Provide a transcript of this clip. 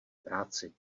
práci